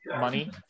money